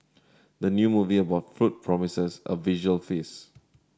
the new movie about food promises a visual feast